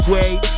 Wait